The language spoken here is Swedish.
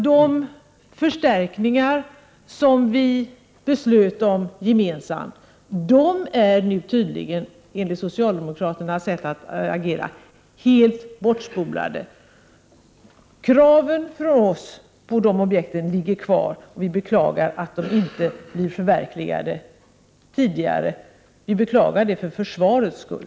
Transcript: De förstärkningar som vi fattade beslut om gemensamt är nu tydligen, enligt socialdemokraternas sätt att agera, helt bortspolade. Kraven från oss på dessa objekt finns kvar, och vi beklagar att de inte blir förverkligade tidigare, vi beklagar det för försvarets skull.